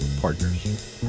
Partners